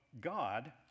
God